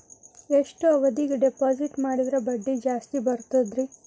ಎಷ್ಟು ಅವಧಿಗೆ ಡಿಪಾಜಿಟ್ ಮಾಡಿದ್ರ ಬಡ್ಡಿ ಜಾಸ್ತಿ ಬರ್ತದ್ರಿ?